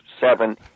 seven-